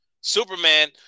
Superman